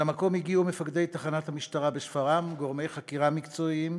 אל המקום הגיעו מפקדי תחנת המשטרה בשפרעם וגורמי חקירה מקצועיים.